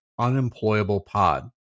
UnemployablePod